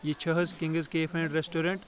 یہِ چھِ حظ کِنٛگٕز کیفے اینٛڈ ریسٹورنٛٹ